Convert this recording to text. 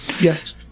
Yes